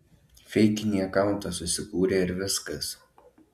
feikinį akauntą susikūrė ir viskas